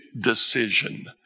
decision